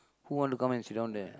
who want to come and sit down there